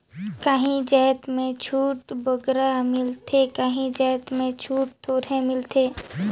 काहीं जाएत में छूट बगरा मिलथे काहीं जाएत में छूट थोरहें मिलथे